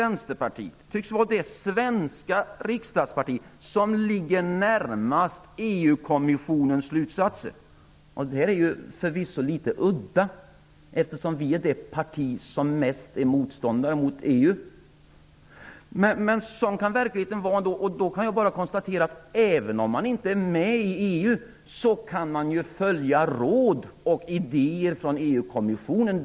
Vänsterpartiet tycks vara det svenska riksdagsparti som ligger närmast EU-kommissionens slutsatser. Det är förvisso litet udda, eftersom vi är det parti som är mest emot EU. Men så kan verkligheten se ut. Även om man inte är med i EU kan man ju följa råd och idéer från EU-kommissionen.